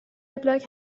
وبلاگ